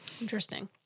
Interesting